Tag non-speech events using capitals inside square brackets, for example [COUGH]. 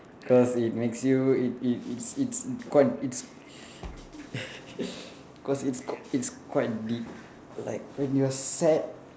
cause it makes you it it it's it's quite it's [LAUGHS] cause it's q~ it's quite deep like when you are sad